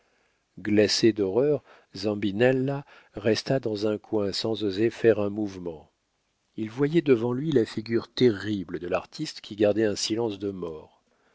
glacé d'horreur zambinella resta dans un coin sans oser faire un mouvement il voyait devant lui la figure terrible de l'artiste qui gardait un silence de mort